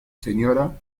sra